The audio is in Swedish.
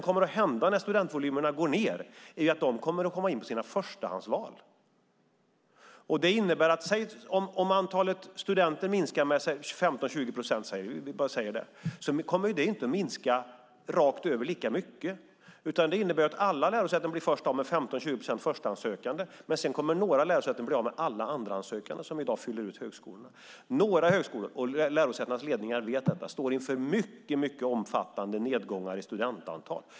När studentvolymerna sjunker kommer dessa studenter att komma in på sina förstahandsval. Om antalet studenter minskar med 15-20 procent kommer det antalet inte att minska lika mycket rakt över. Alla lärosäten blir först av med 15-20 procent förstahandssökande, men sedan kommer några lärosäten att bli av med alla andrahandssökande som i dag fyller ut högskolorna. Ledningarna för några högskolor och lärosäten vet detta. De står inför mycket omfattande nedgångar i studentantal.